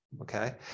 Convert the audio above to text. okay